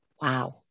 wow